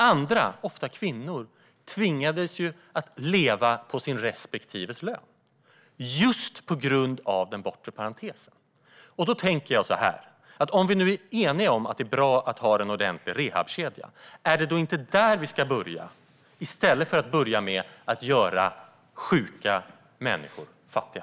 Detta tycker jag är viktigt, kopplat till Liberalerna som ändå är ett parti som talar om jämställdhet. Då tänker jag så här: Om vi nu är eniga om att det är bra att ha en ordentlig rehabkedja, är det då inte där som vi ska börja i stället för att börja med att göra sjuka människor fattiga?